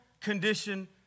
condition